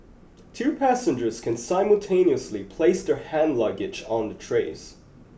two passengers can simultaneously place their hand luggage on the trays